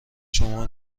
شما